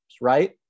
right